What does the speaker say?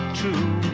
true